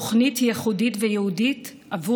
תודה על הנאום, חברת הכנסת עטייה.